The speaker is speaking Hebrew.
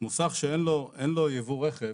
מוסך שאין לו ייבוא רכב,